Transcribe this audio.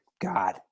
God